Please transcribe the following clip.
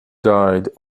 died